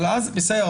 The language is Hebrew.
בסדר,